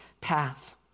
path